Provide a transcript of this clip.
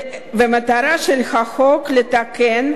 המטרה של החוק היא לתקן,